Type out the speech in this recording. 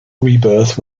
rebirth